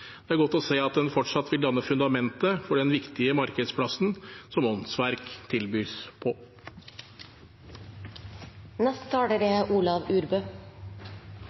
Det er godt å se at den fortsatt vil danne fundamentet for den viktige markedsplassen som åndsverk tilbys